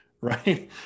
right